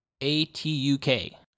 A-T-U-K